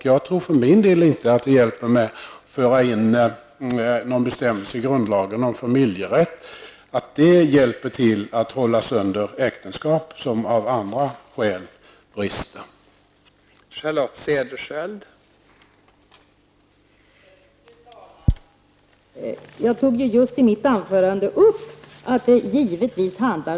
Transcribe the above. Jag tror för min del inte att man genom att föra in någon bestämmelse i grundlagen om familjerätt hjälper till att hålla samman äktenskap som av andra skäl brister.